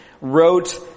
wrote